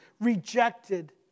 rejected